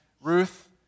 Ruth